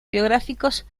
biográficos